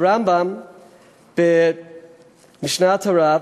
ב"משנה תורה",